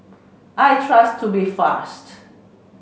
I trust Tubifast